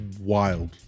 Wild